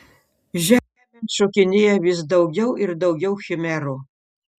žemėn šokinėjo vis daugiau ir daugiau chimerų